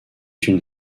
une